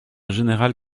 général